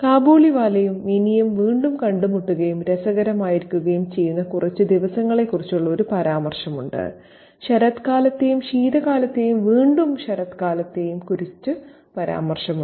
കാബൂളിവാലയും മിനിയും വീണ്ടും കണ്ടുമുട്ടുകയും രസകരമായിരിക്കുകയും ചെയ്യുന്ന കുറച്ച് ദിവസങ്ങളെക്കുറിച്ചുള്ള ഒരു പരാമർശമുണ്ട് ശരത്കാലത്തെയും ശീതകാലത്തെയും വീണ്ടും ശരത്കാലത്തെയും കുറിച്ച് പരാമർശമുണ്ട്